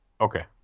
okay